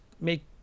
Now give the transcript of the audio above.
make